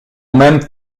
même